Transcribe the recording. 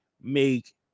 make